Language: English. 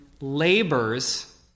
labors